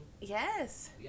yes